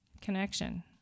connection